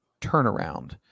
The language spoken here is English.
turnaround